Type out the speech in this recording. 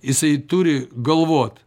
jisai turi galvot